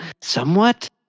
somewhat